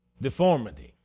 deformity